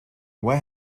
what